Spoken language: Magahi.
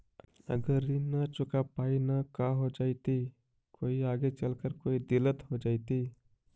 अगर ऋण न चुका पाई न का हो जयती, कोई आगे चलकर कोई दिलत हो जयती?